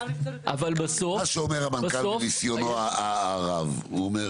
מה שאומר המנכ"ל מניסיונו הרב הוא אומר